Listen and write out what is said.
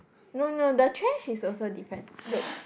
no no the trash is also different look